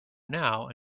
now